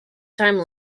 time